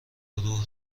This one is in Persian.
گروه